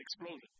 explosion